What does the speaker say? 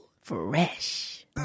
Fresh